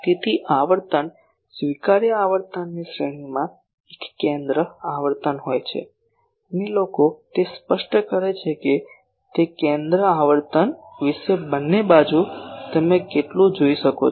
તેથી આવર્તન સ્વીકાર્ય આવર્તનની શ્રેણીમાં એક કેન્દ્ર આવર્તન હોય છે અને લોકો તે સ્પષ્ટ કરે છે કે તે કેન્દ્ર આવર્તન વિશે બંને બાજુ તમે કેટલું જઇ શકો છો